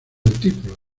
título